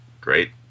great